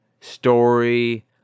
Story